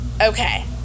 Okay